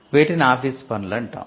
వీటిని ఆఫీసు పనులు అంటాము